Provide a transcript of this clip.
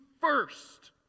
first